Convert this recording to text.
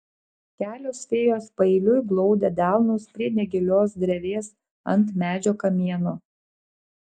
kelios fėjos paeiliui glaudė delnus prie negilios drevės ant medžio kamieno